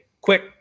quick